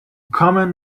common